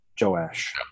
Joash